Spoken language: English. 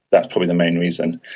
that's probably the main reason.